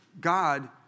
God